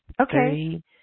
okay